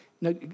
no